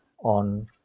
on